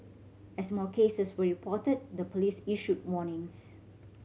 as more cases were reported the police issued warnings